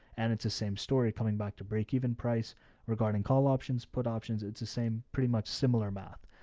and it's the same story coming back to breakeven price regarding call options, put options. it's the same, pretty much similar math.